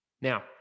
Now